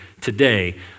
today